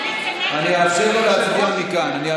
לוועדה לא נתקבלה.